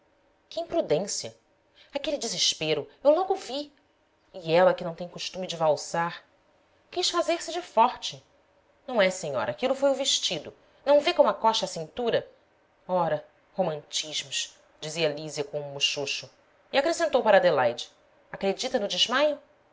que imprudência aquele desespero eu logo vi e ela que não tem costume de valsar quis fazer-se de forte não é senhora aquilo foi o vestido não vê como acocha a cintura ora romantismos dizia lísia com um muxoxo e acrescentou para adelaide acredita no desmaio